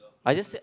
I just said